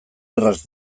erraz